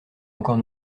encore